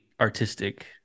artistic